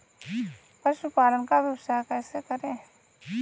पशुपालन का व्यवसाय कैसे करें?